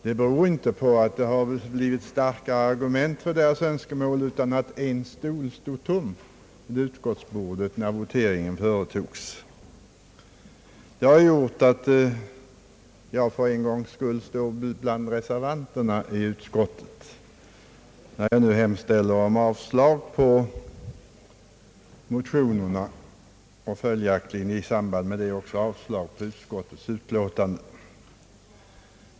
Det beror inte på att argumenten för deras önskemål har blivit starkare, utan på att en stol stod tom vid utskottsbordet när voteringen företogs. Det har gjort att jag för en gångs skull står bland reservanterna när jag nu hemställer om avslag på motionerna och följaktligen också avslag på utskottets utlåtande.